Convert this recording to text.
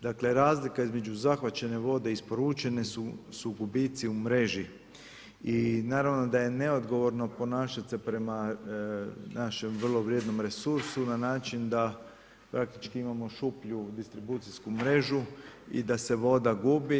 Dakle, razlika između zahvaćene vode i isporučene su gubitci u mreži i naravno da je neodgovorno ponašat se prema našem vrlo vrijednom resursu na način da praktički imamo šuplju distribucijsku mrežu i da se voda gubi.